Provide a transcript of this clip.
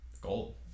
gold